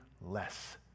less